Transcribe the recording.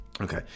Okay